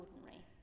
ordinary